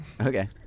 Okay